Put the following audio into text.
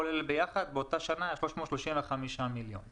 כל אלה ביחד באותה שנה הם 335 מיליון שקלים.